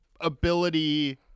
ability